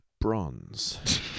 Bronze